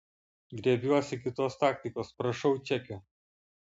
griebiuosi kitos taktikos prašau čekio